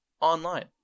online